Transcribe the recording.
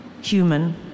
human